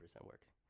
works